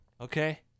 Okay